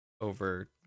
over